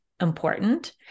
important